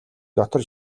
дотор